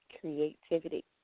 Creativity